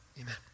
amen